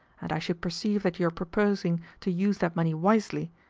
and i should perceive that you are purposing to use that money wisely,